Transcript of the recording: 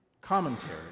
commentary